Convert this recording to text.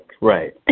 Right